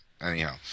anyhow